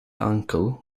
uncle